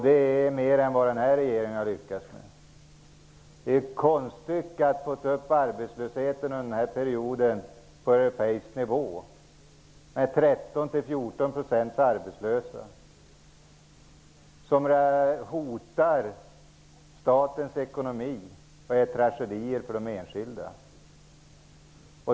Det är mer än vad denna regering har lyckats med. Det är ett konststycke att under denna period ha drivit upp arbetslösheten till europeisk nivå med 13--14 % arbetslösa, vilket hotar statens ekonomi och medför tragedier för de enskilda.